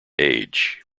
age